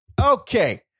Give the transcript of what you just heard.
Okay